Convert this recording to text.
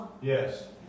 Yes